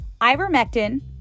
ivermectin